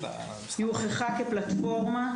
על אף שאני לא מחויבת כי אני נותנת מעטפת שמשלימה את המדינה.